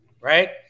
Right